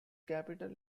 capital